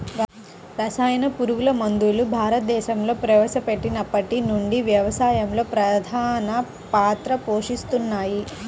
రసాయన పురుగుమందులు భారతదేశంలో ప్రవేశపెట్టినప్పటి నుండి వ్యవసాయంలో ప్రధాన పాత్ర పోషిస్తున్నాయి